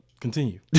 Continue